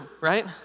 right